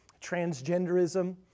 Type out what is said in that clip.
transgenderism